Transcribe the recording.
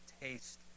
taste